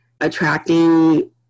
attracting